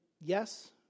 yes